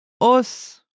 os